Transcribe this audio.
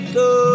go